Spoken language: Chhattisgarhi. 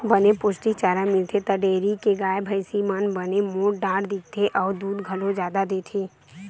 बने पोस्टिक चारा मिलथे त डेयरी के गाय, भइसी मन बने मोठ डांठ दिखथे अउ दूद घलो जादा देथे